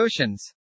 oceans